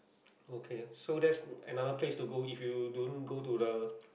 okay so that is another place to go if you don't go to the